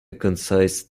concise